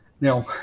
now